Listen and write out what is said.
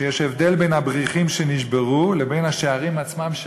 שיש הבדל בין הבריחים שנשברו לבין השערים עצמם,